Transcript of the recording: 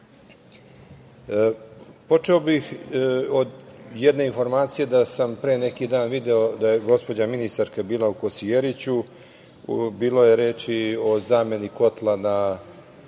bih od jedne informacije, da sam pre neki dan video da je gospođa ministarka bila u Kosjeriću. Bilo je reči o zameni kotla sa